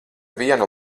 vienu